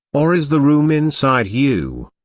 or is the room inside you?